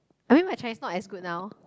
I mean my Chinese not as good now